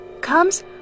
comes